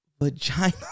vagina